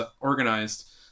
organized